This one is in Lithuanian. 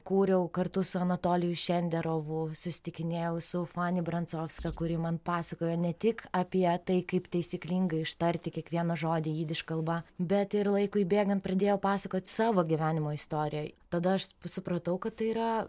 kūriau kartu su anatoliju šenderovu susitikinėjau su fani brandzovska kuri man pasakojo ne tik apie tai kaip taisyklingai ištarti kiekvieną žodį jidiš kalba bet ir laikui bėgant pradėjo pasakot savo gyvenimo istorijoj tada aš supratau kad tai yra